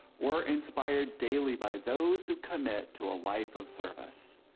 we're inspired daily by those who commit to a life of service,